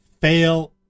fail